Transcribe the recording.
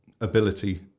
ability